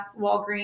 Walgreens